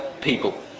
people